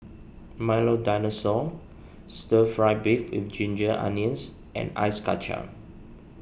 Milo Dinosaur Stir Fry Beef with Ginger Onions and Ice Kacang